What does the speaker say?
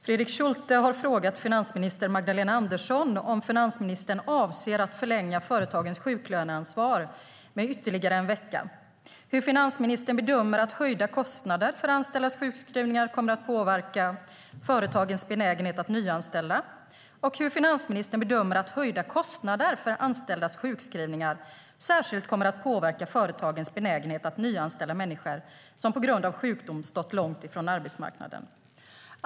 Fredrik Schulte har frågat finansminister Magdalena Andersson om finansministern avser att förlänga företagens sjuklöneansvar med ytterligare en vecka, hur finansministern bedömer att höjda kostnader för anställdas sjukskrivningar kommer att påverka företagens benägenhet att nyanställa och hur finansministern bedömer att höjda kostnader för anställdas sjukskrivningar särskilt kommer att påverka företagens benägenhet att nyanställa människor som på grund av sjukdom stått långt ifrån arbetsmarknaden.